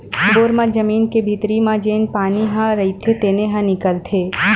bore म जमीन के भीतरी म जेन पानी ह रईथे तेने ह निकलथे